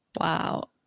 Wow